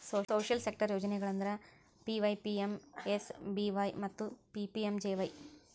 social sector ಯೋಜನೆಗಳಂದ್ರ PYPMSBY ಮತ್ತ PMJJY